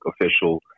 official